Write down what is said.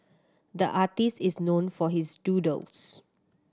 the artist is known for his doodles